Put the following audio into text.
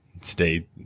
stay